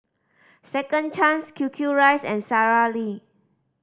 Second Chance Q Q Rice and Sara Lee